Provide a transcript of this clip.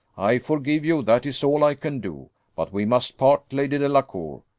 i forgive you, that is all i can do but we must part, lady delacour!